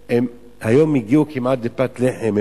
הגיעו כמעט לפת לחם.